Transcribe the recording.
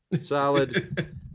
solid